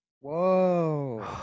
Whoa